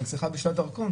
אני צריכה בשבילה דרכון.